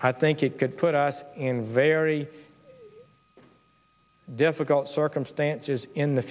i think it could put us in very difficult circumstances in the